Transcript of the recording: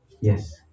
Yes